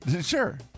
Sure